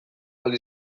ahal